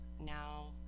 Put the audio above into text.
now